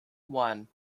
one